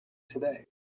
today